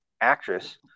actress